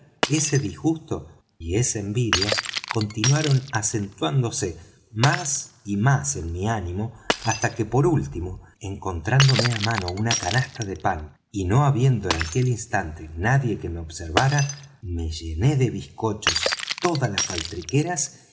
ese disgusto y esa envidia continuaron acentuándose más y más en mi ánimo hasta que por último encontrándome á mano una canasta de pan y no habiendo en aquel instante nadie que me observara me llené de bizcochos todas las